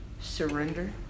surrender